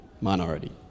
minority